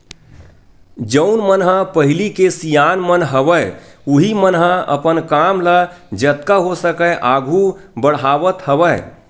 जउन मन ह पहिली के सियान मन हवय उहीं मन ह अपन काम ल जतका हो सकय आघू बड़हावत हवय